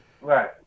right